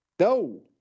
No